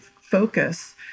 focus